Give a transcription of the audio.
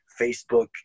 Facebook